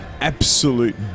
absolute